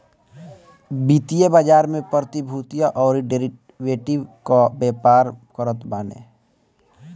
वित्तीय बाजार में प्रतिभूतियों अउरी डेरिवेटिव कअ व्यापार करत बाने